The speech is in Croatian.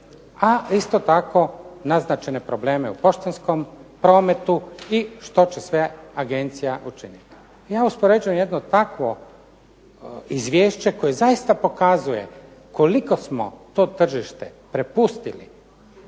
a isto tako naznačene probleme u poštanskom prometu i što će sve agencija učiniti. Ja uspoređujem jedno takvo izvješće koje zaista pokazuje koliko smo to tržište prepustili